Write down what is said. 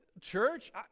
church